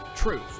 truth